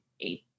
eight